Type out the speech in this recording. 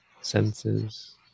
senses